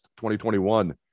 2021